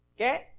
Okay